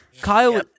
Kyle